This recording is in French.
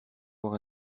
voir